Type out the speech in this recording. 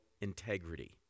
integrity